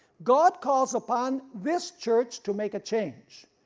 god calls upon this church to make a change.